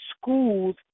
schools